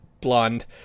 blonde